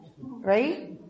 right